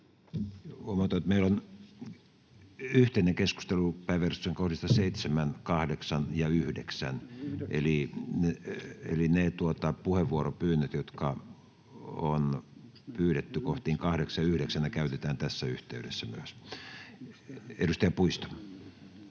Huomautan, että meillä on yhteinen keskustelu päiväjärjestyksen kohdista 7, 8 ja 9, eli myös ne puheenvuoropyynnöt, jotka on pyydetty kohtiin 8 ja 9, käytetään tässä yhteydessä. — Edustaja Puisto.